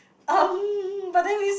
um but then this